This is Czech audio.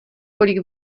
kolik